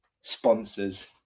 sponsors